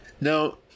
Now